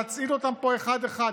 להצעיד אותם פה אחד-אחד?